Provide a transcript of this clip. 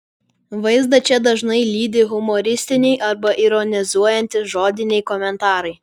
vaizdą čia dažnai lydi humoristiniai arba ironizuojantys žodiniai komentarai